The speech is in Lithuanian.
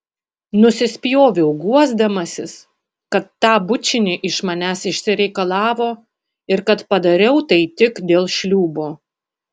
nusispjoviau guosdamasis kad tą bučinį iš manęs išsireikalavo ir kad padariau tai tik dėl šliūbo